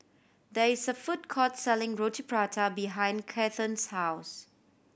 there is a food court selling Roti Prata behind Cathern's house